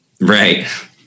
Right